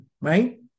right